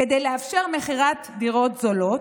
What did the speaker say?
כדי לאפשר מכירת דירות זולות,